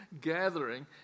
gathering